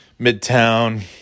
Midtown